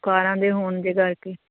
ਕਾਰਾਂ ਦੇ ਹੋਣ ਦੇ ਕਰਕੇ